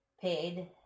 paid